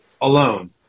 alone